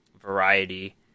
variety